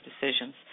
decisions